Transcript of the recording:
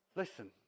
listen